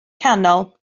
canol